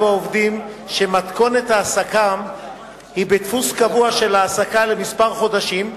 בעובדים שמתכונת העסקתם היא דפוס קבוע של העסקה לכמה חודשים,